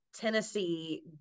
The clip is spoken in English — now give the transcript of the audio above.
Tennessee